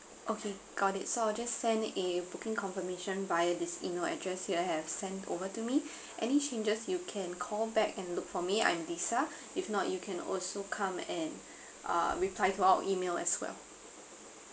okay got it so I'll just send a booking confirmation via this email address you have sent over to me any changes you can call back and look for me I'm lisa if not you can also come and uh reply to our email as well